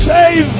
Save